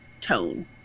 tone